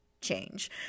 change